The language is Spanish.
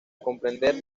comprender